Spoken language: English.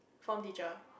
form teacher